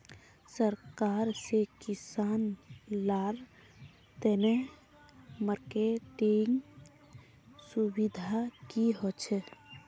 सरकार से किसान लार तने मार्केटिंग सुविधा की होचे?